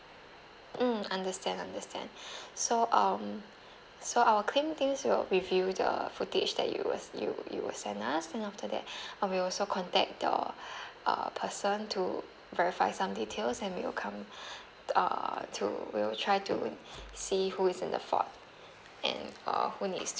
mm understand understand so um so our claim deals will review the footage that you would you would you would send us send after that uh we will also contact the uh person to verify some details and we will come uh to we will try to see who is in the fault and err who needs